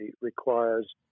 requires